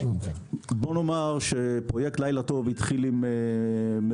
בוא נאמר שפרויקט "לילה טוב" התחיל עם מכולות,